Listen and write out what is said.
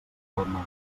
palmar